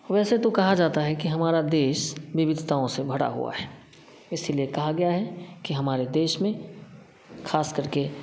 वैसे तो कहा जाता हैं कि हमारा देश विविधताओं से भरा हुआ हैं इसलिए कहा गया है कि हमारे देश में ख़ास करके